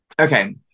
okay